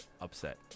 upset